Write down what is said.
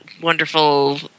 wonderful